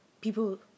people